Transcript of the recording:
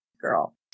girl